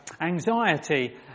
anxiety